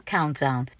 Countdown